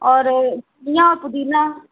और घुइयाँ पुदीना